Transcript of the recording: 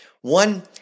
One